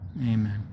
amen